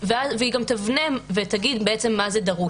היא גם תבנה ותגיד מה זה דרוש.